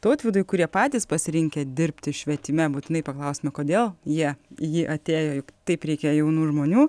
tautvydui kurie patys pasirinkę dirbti švietime būtinai paklausime kodėl jie į jį atėjo juk taip reikia jaunų žmonių